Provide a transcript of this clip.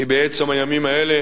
כי בעצם הימים האלה